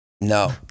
No